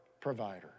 provider